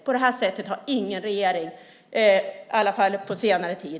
På det här sättet har ingen regering betett sig, i alla fall inte på senare tid.